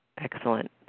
Excellent